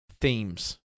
themes